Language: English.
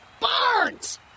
Barnes